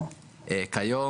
כיום,